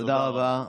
תודה רבה.